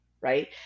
right